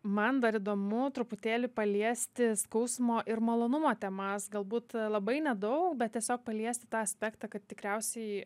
man dar įdomu truputėlį paliesti skausmo ir malonumo temas galbūt labai nedaug bet tiesiog paliesti tą aspektą kad tikriausiai